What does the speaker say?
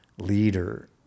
leader